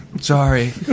Sorry